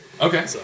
Okay